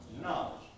knowledge